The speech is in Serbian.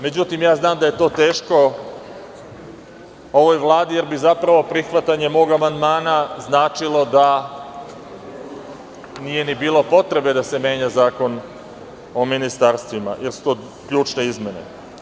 Međutim, ja znam da je to teško ovoj Vladi, jer bi zapravo prihvatanjem ovog amandmana značilo da nije ni bilo potrebe da se menja Zakon o ministarstvima, jer su to ključne izmene.